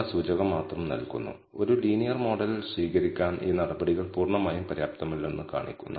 നിങ്ങൾ ഒരു model fit ചെയ്യുകയാണെങ്കിൽ പോലും ലീനിയർ മോഡലിന്റെ ഏത് ഗുണകങ്ങളാണ് പ്രസക്തമെന്ന് കണ്ടെത്തണം